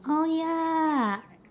orh ya